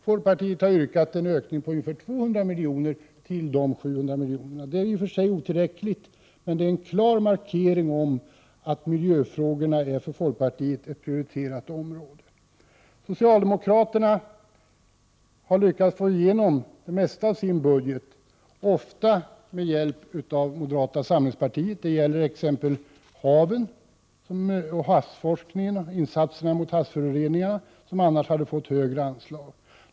Folkpartiet har yrkat på en ökning på ungefär 200 miljoner till de 700. Det är i och för sig otillräckligt, men det är en klar markering av att miljöfrågorna för folkpartiet är ett prioriterat område. Socialdemokraterna har lyckats få igenom det mesta av sin budget, ofta med hjälp av moderata samlingspartiet, t.ex. när det gäller haven, havsforskningen och insatser mot havsföroreningarna, som annars skulle ha fått högre anslag.